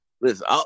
Listen